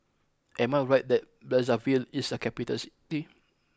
am I right that Brazzaville is a capital city